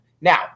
Now